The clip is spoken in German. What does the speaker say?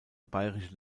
bayerische